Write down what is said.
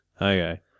Okay